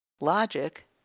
Logic